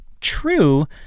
true